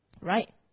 right